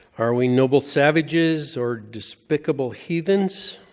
are we noble savages, or despicable heathens?